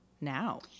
now